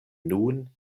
nun